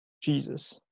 Jesus